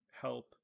help